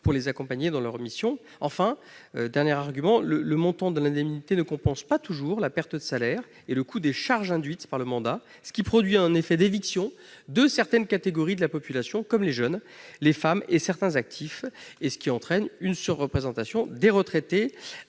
pour les accompagner dans leurs missions. Enfin, le montant de l'indemnité ne compense pas toujours la perte de salaire et le coût des charges induites par le mandat, ce qui produit un effet d'éviction de certaines catégories de la population comme les jeunes, les femmes et certains actifs, et entraîne une surreprésentation des retraités.